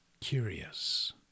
curious